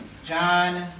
John